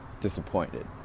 disappointed